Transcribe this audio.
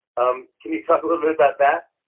um can you talk a little bit about that?